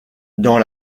dans